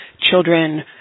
children